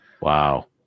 Wow